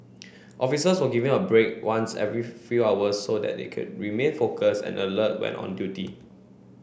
officers were given a break once every few hours so that they could remain focused and alert when on duty